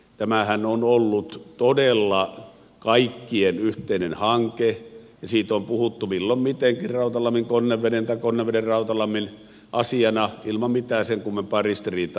tämähän on ollut todella kaikkien yhteinen hanke ja siitä on puhuttu milloin mitenkin rautalamminkonneveden tai konnevedenrautalammin asiana ilman mitään sen kummempaa ristiriitaa